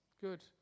Good